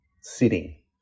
sitting